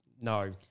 no